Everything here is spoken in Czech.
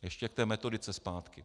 Ještě k té metodice zpátky.